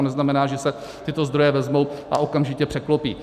Neznamená to, že se tyto zdroje vezmou a okamžitě překlopí.